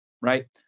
Right